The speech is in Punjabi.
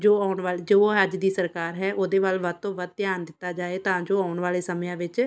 ਜੋ ਆਉਣ ਵਾਲ ਜੋ ਅੱਜ ਦੀ ਸਰਕਾਰ ਹੈ ਉਹਦੇ ਵੱਲ ਵੱਧ ਤੋਂ ਵੱਧ ਧਿਆਨ ਦਿੱਤਾ ਜਾਵੇ ਤਾਂ ਜੋ ਆਉਣ ਵਾਲੇ ਸਮਿਆਂ ਵਿੱਚ